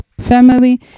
family